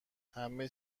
همه